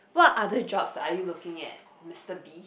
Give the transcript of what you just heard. what other jobs are you looking at Mister B